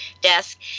desk